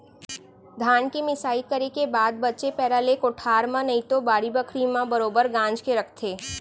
धान के मिंसाई करे के बाद बचे पैरा ले कोठार म नइतो बाड़ी बखरी म बरोगर गांज के रखथें